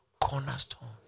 cornerstone